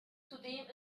zudem